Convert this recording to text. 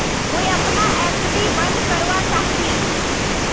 मुई अपना एफ.डी बंद करवा चहची